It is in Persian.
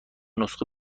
نسخه